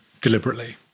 deliberately